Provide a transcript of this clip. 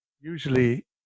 usually